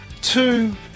two